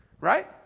right